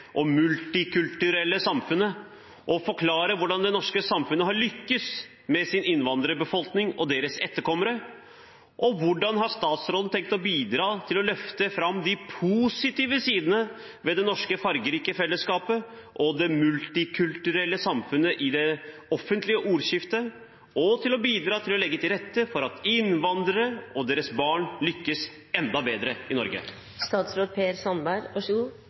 multikulturelle samfunnet og forklare hvordan det norske samfunnet har lykkes med sin innvandrerbefolkning og deres etterkommere, og hvordan har statsråden tenkt å bidra til å løfte frem de positive sidene ved det norske fargerike fellesskapet og det multikulturelle samfunnet i det offentlige ordskiftet, og til å bidra til å legge til rette for at innvandrere og deres barn lykkes enda bedre i